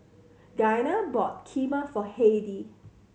Giana bought Kheema for Heidy